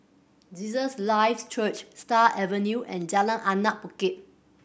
Jesus Live Church Stars Avenue and Jalan Anak Bukit